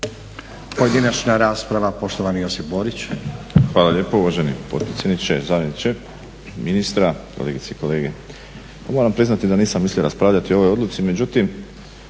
Pojedinačna rasprava poštovani Josip Borić. **Borić, Josip (HDZ)** Hvala lijepo uvaženi potpredsjedniče. Zamjeniče ministra, kolegice i kolege. Moram priznati da nisam mislio raspravljati o ovoj odluci međutim